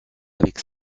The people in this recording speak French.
avec